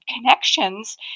connections